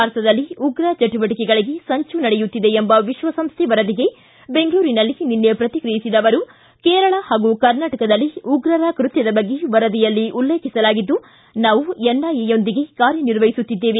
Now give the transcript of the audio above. ಭಾರತದಲ್ಲಿ ಉಗ್ರ ಚಟುವಟಕೆಗಳಿಗೆ ಸಂಚು ನಡೆಯುತ್ತಿದೆ ಎಂಬ ವಿಶ್ವಸಂಸ್ಥೆ ವರದಿಗೆ ಬೆಂಗಳೂರಿನಲ್ಲಿ ನಿನ್ನೆ ಪ್ರತಿಕ್ರಿಯಿಸಿದ ಅವರು ಕೇರಳ ಹಾಗು ಕರ್ನಾಟಕದಲ್ಲಿ ಉಗ್ರರ ಕೃತ್ವದ ಬಗ್ಗೆ ವರದಿಯಲ್ಲಿ ಉಲ್ಲೇಖಿಸಲಾಗಿದ್ದು ನಾವು ಎನ್ಐಎಯೊಂದಿಗೆ ಕಾರ್ಯ ನಿರ್ವಹಿಸುತ್ತಿದ್ದೇವೆ